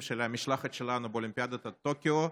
של המשלחת שלנו באולימפיאדת טוקיו,